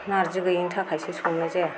नार्जि गैयिनि थाखायसो संनाय जाया